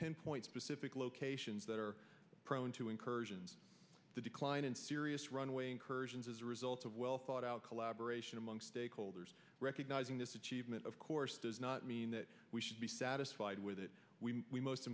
pinpoint specific locations that are prone to incursions the decline in serious runway incursions as a result of well thought out collaboration among stakeholders recognizing this achievement of course does not mean that we should be satisfied with it we most